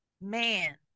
man